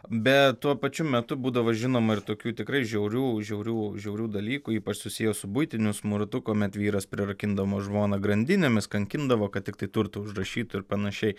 bet tuo pačiu metu būdavo žinoma ir tokių tikrai žiaurių žiaurių žiaurių dalykų ypač susiję su buitiniu smurtu kuomet vyras prirakindavo žmoną grandinėmis kankindavo kad tiktai turtą užrašytų ir panašiai